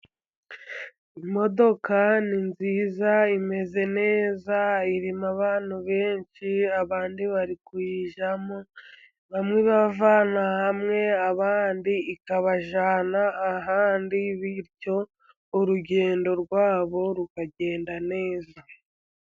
Imodoka ni nziza imeze neza, irimo abantu benshi abandi bari kuyijyamo, bamwe ibavana hamwe, abandi ikabajyana ahandi. Bityo urugendo rwabo rukagenda neza.